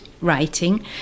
writing